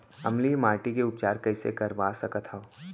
अम्लीय माटी के उपचार कइसे करवा सकत हव?